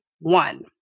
One